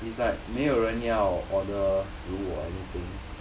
it's like 没有人要 order 我 anything